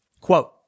Quote